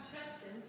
Preston